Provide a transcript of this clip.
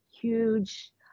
huge